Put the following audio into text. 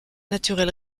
naturel